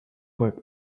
work